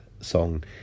song